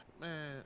man